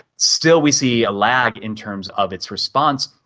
still we see a lag in terms of its response.